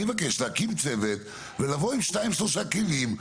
אני מבקש להקים צוות ולבוא עם שניים-שלושה כלים,